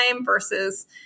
versus